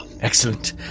Excellent